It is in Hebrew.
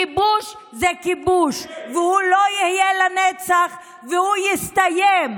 כיבוש זה כיבוש, והוא לא יהיה לנצח, והוא יסתיים.